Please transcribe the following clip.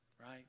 right